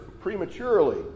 prematurely